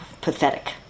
pathetic